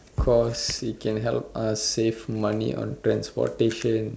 cause it can help us save money on transportation